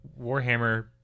warhammer